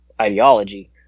ideology